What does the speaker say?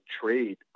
trade